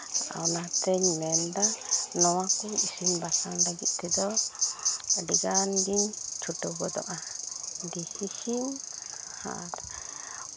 ᱚᱱᱟᱛᱤᱧ ᱢᱮᱱᱫᱟ ᱱᱚᱣᱟᱠᱤᱱ ᱤᱥᱤᱱ ᱵᱟᱥᱟᱝ ᱞᱟᱹᱜᱤᱫ ᱛᱮᱫᱚ ᱟᱹᱰᱤᱜᱟᱱ ᱜᱮ ᱪᱷᱩᱴᱟᱹᱣ ᱜᱚᱫᱚᱜᱼᱟ ᱫᱮᱥᱤ ᱥᱤᱢ ᱟᱨ